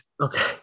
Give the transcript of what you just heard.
okay